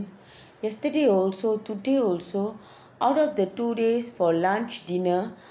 yesterday also today also out of the two days for lunch dinner